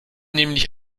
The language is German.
nämlich